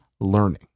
learning